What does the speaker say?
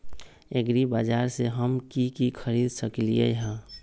एग्रीबाजार से हम की की खरीद सकलियै ह?